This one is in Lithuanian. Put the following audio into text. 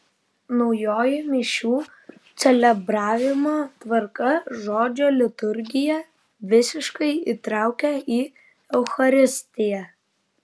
naujoji mišių celebravimo tvarka žodžio liturgiją visiškai įtraukia į eucharistiją